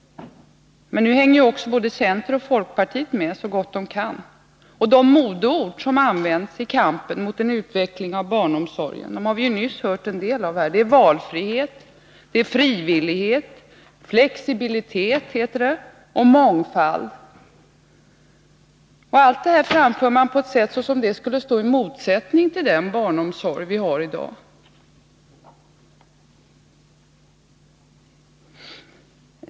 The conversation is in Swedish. Men nu hänger också både centeroch folkpartiet med så gott de kan. De modeord som används i kampen mot en utveckling av barnomsorgen har vi nyss hört här. De är valfrihet, frivillighet, flexibilitet och mångfald. Allt detta framförs på ett sätt som om det skulle stå i motsats till den barnomsorg som vi har i dag.